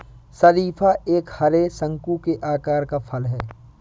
शरीफा एक हरे, शंकु के आकार का फल है